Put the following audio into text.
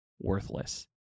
worthless